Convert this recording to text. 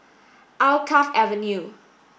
Alkaff Avenue